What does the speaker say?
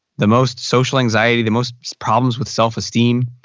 the most social anxiety, the most problems with self-esteem.